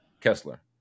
Kessler